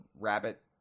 rabbit